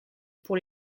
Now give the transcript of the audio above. pour